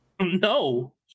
No